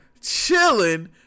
chilling